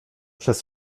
przez